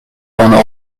van